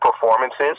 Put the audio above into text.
performances